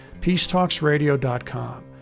peacetalksradio.com